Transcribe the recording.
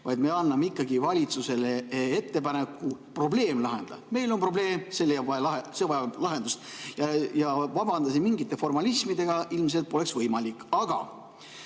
vaid me teeme valitsusele ettepaneku probleem lahendada. Meil on probleem ja see vajab lahendust. Vabandada siin mingite formalismidega ilmselt poleks võimalik. Aga